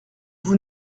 vous